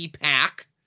pack